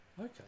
Okay